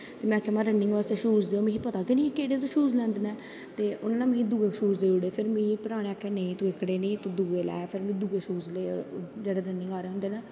में आक्खेआ रनिंग बास्तै शूज़ देओ मिगी पता गै नी कि केह्ड़े शूज़ लैंदे नै उनैं ना मिगी दुए शूज़ देई ओड़े फिर मिगी भ्रा नै आक्खेआ तू एह्कड़े नेंई दुए लै दुए शूज़ लै जेह्ड़े रनिंग आह्ले होंदे नै